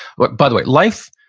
but by the way, life,